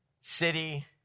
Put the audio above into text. city